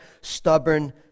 stubborn